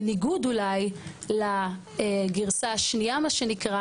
בניגוד אולי לגירסה השנייה מה שנקרא